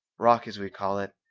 rock as we call it,